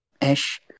ish